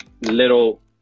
little